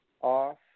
off